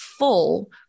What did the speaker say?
full